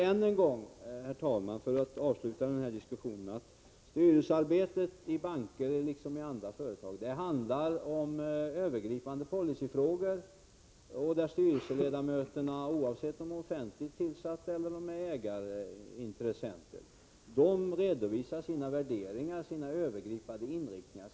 Än en gång, herr talman, för att avsluta den här diskussionen: Styrelsearbetet i banker liksom i andra företag handlar om övergripande policyfrågor, där styrelseledamöterna — oavsett om de är offentligt tillsatta eller ägarintressenter — redovisar sina värderingar och sin övergripande inriktning.